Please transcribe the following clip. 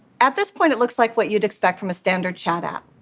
at this point, it looks like what you'd expect from a standard chat app.